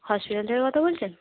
hospital থেকে কথা বলছেন